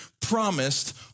promised